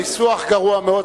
ניסוח גרוע מאוד.